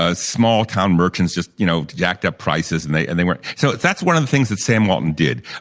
ah small town merchants just, you know, jacked up prices and they and they weren't so, that's one of the things that sam walton did.